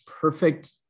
perfect